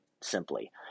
simply